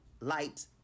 light